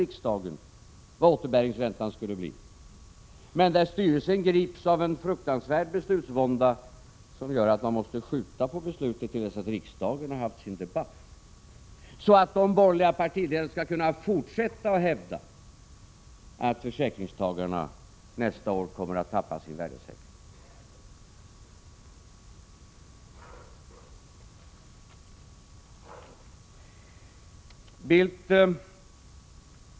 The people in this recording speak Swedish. riksdagen vad återbäringsräntan skall bli. Men styrelsen grips av en fruktansvärd beslutsvånda, vilket gör att man måste skjuta på beslutet till dess att riksdagen har haft sin debatt. På så sätt skulle de borgerliga partiledarna kunna fortsätta att hävda att försäkringstagarna nästa år kommer att tappa sin värdesäkring.